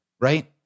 right